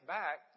back